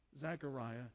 Zechariah